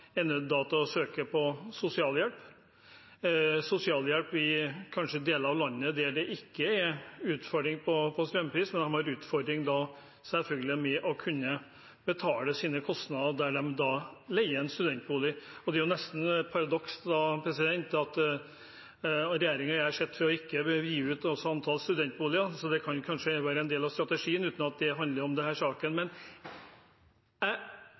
å søke på sosialhjelp, for de har selvfølgelig en utfordring med å kunne betale sine kostnader der en leier en studentbolig. Det er nesten et paradoks at regjeringen ikke gjør sitt for å utvide antallet studentboliger. Så det kan kanskje være en del av strategien, uten at denne saken handler om